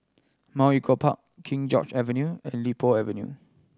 Mount Echo Park King George Avenue and Li Po Avenue